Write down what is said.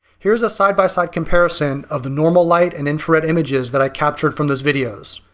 here's a side-by-side comparison of the normal light and infrared images that i captured from those videos.